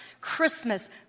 Christmas